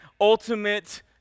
ultimate